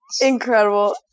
Incredible